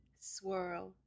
swirl